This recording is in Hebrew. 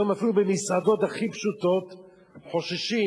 היום אפילו במסעדות הכי פשוטות חוששים.